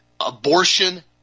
Abortion